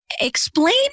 Explain